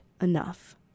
enough